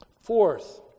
Fourth